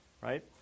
right